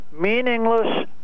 meaningless